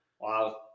Wow